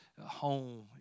home